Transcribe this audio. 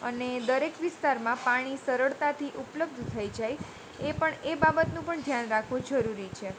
અને દરેક વિસ્તારમાં પાણી સરળતાથી ઉપલબ્ધ થઈ જાય એ પણ એ બાબતનું પણ ધ્યાન રાખવું જરૂરી છે